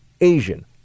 Asian